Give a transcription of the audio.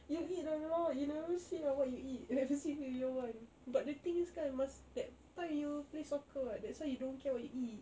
you eat or not you never see lah what you eat ever since you year one but the thing is kan mas~ that time you play soccer [what] that's why you don't care what you eat